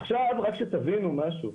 עכשיו רק שתבינו משהו,